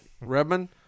Redman